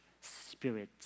spirit